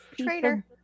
traitor